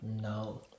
No